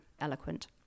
eloquent